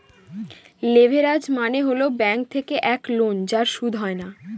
leverage মানে হল bank থেকে এক লোন যার সুদ হয় না